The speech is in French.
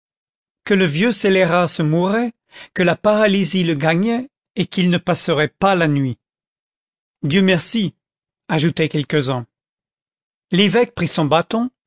que le vieux scélérat se mourait que la paralysie le gagnait et qu'il ne passerait pas la nuit dieu merci ajoutaient quelques-uns l'évêque prit son bâton